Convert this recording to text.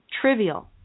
trivial